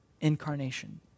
Incarnation